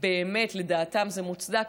אם באמת לדעתם זה מוצדק,